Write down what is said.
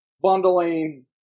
bundling